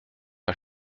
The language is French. pas